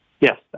Yes